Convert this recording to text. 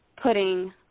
putting